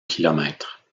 kilomètres